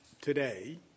today